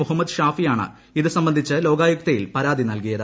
മുഹമ്മദ് ഷാഫിയാണ് ഇത് സംബന്ധിച്ച് ലോകായുക്തയിൽ പരാതി നൽകിയത്